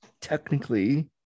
technically